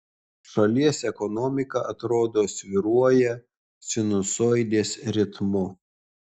šalies ekonomika atrodo svyruoja sinusoidės ritmu